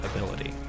ability